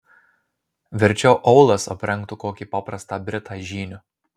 verčiau aulas aprengtų kokį paprastą britą žyniu